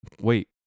Wait